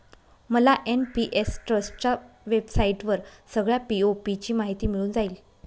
मला एन.पी.एस ट्रस्टच्या वेबसाईटवर सगळ्या पी.ओ.पी ची माहिती मिळून जाईल